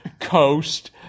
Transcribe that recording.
Coast